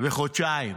וחודשיים